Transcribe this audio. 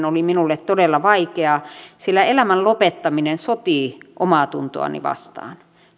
oli minulle todella vaikeaa sillä elämän lopettaminen sotii omaatuntoani vastaan